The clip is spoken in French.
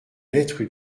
lettre